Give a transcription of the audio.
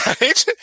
right